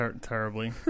Terribly